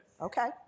Okay